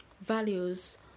values